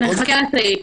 נחכה לסעיף.